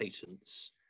patents